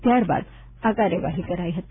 ત્યારબાદ આ કાર્યવાહી કરાઈ હતી